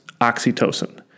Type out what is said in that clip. oxytocin